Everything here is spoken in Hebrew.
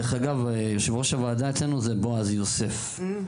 דרך אגב יו"ר הוועדה שלנו הוא בעז יוסף,